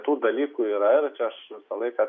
tų dalykų yra ir čia aš visą laiką